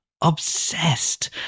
obsessed